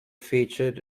featured